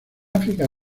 áfrica